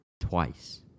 twice